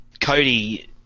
Cody